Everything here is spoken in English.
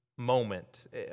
moment